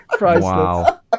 wow